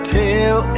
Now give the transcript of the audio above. tell